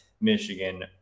Michigan